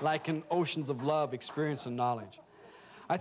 like an oceans of love experience and knowledge i